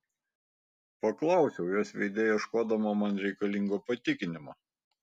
paklausiau jos veide ieškodama man reikalingo patikinimo